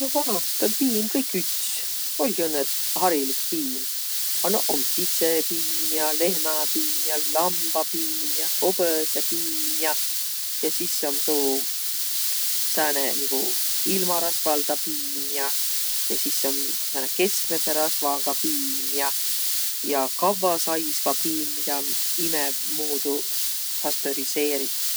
No vanastõ oll' piim kõik üts. Oll'gi õnnõ harilik piim. A noq om kitsõpiim ja lehmäpiim ja lambapiim ja hobõsõpiim ja. Ja sis om tuu sääne niguq ilma rasvaldaq piim ja. Ja sis om sääne keskmädse rasvaga piim ja ja kavvasaisva piim, midä om imemuudu pastöriseerit.